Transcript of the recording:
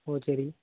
ஓ சரி